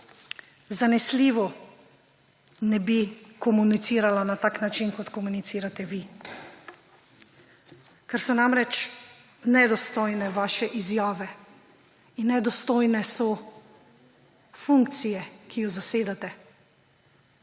zanesljivo ne bi komunicirala na tak način, kot komunicirate vi, ker so namreč nedostojne vaše izjave in nedostojne so funkciji, ki jo zasedate.